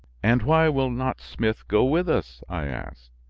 and why will not smith go with us? i asked.